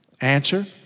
Answer